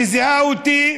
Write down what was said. שזיהה אותי,